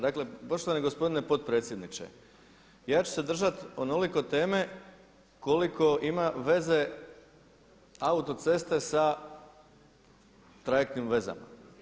Dakle, poštovani gospodine potpredsjedniče ja ću se držat onoliko teme koliko ima veze autoceste sa trajektnim vezama.